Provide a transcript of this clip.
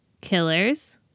Killers